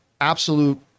absolute